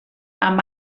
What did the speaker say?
amb